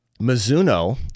Mizuno